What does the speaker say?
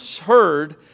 heard